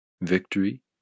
victory